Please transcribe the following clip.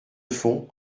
fond